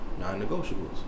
non-negotiables